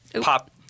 Pop